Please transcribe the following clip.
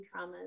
traumas